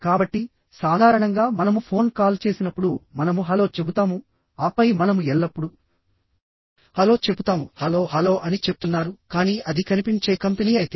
కాబట్టి సాధారణంగా మనము ఫోన్ కాల్ చేసినప్పుడు మనము హలో చెబుతాముఆపై మనము ఎల్లప్పుడూ హలో చెపుతాముహలో హలో అని చెప్తున్నారుకానీ అది కనిపించే కంపెనీ అయితే